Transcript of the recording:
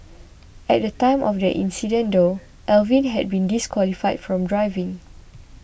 at the time of the incident though Alvin had been disqualified from driving